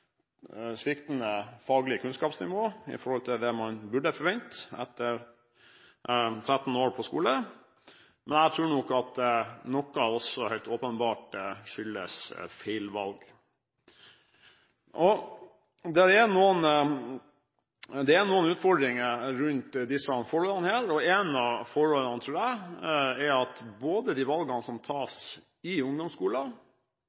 åpenbart sviktende faglig kunnskapsnivå med tanke på det man burde forvente etter 13 år på skole, men jeg tror nok også at noe helt åpenbart skyldes feilvalg. Det er noen utfordringer rundt disse forholdene, og en av dem – tror jeg – er at de valgene som